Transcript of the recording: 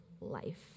life